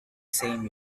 same